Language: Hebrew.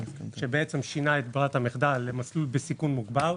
ששינה את ברירת המחדל למסלול בסיכון מוגבר,